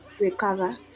recover